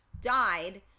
died